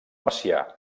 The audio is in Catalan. macià